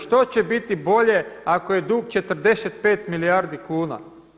Što će biti bolje ako je dug 45 milijardi kuna?